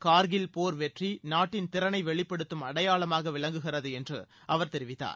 கார்கில் போர் வெற்றி நாட்டின் திறனை வெளிப்படுத்தும் அடையாளமாக விளங்குகிறது என்று அவர் தெரிவித்தார்